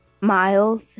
miles